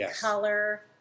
color